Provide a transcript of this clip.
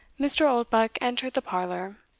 mr. oldbuck entered the parlour,